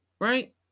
Right